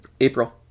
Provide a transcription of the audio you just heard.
April